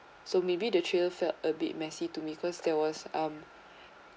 so maybe the trail felt a bit messy to me because there was um